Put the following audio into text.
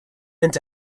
into